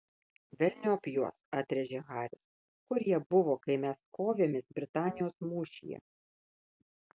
velniop juos atrėžė haris kur jie buvo kai mes kovėmės britanijos mūšyje